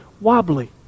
wobbly